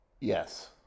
Yes